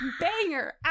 banger